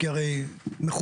כי הרי מחובר